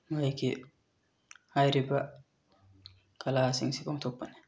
ꯃꯣꯏꯒꯤ ꯍꯥꯏꯔꯤꯕ ꯀꯂꯥꯁꯤꯡꯁꯤ ꯄꯥꯡꯊꯣꯛꯄꯅꯤ